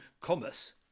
commerce